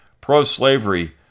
pro-slavery